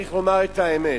צריך לומר את האמת,